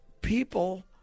people